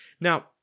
Now